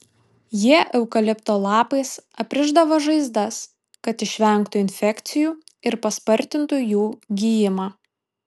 jie eukalipto lapais aprišdavo žaizdas kad išvengtų infekcijų ir paspartintų jų gijimą